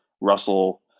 Russell